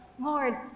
Lord